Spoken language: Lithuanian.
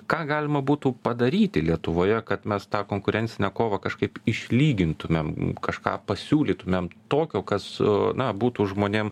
ką galima būtų padaryti lietuvoje kad mes tą konkurencinę kovą kažkaip išlygintumėm kažką pasiūlytumėm tokio kas na būtų žmonėm